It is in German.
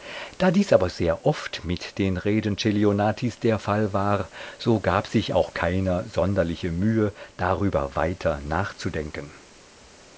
da dies aber sehr oft mit den reden celionatis der fall war so gab sich auch keiner sonderliche mühe darüber weiter nachzudenken